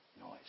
noise